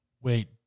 Wait